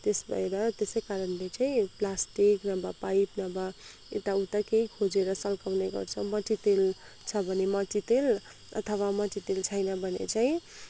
त्यस भएर त्यसै कारणले चाहिँ प्लास्टिक नभए पाइप नभए यता उता केही खोजेर सल्काउने गर्छौँ मट्टीतेल छ भने मट्टीतेल अथवा मट्टीतेल छैन भने चाहिँ